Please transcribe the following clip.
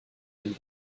den